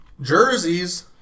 Jerseys